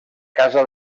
casa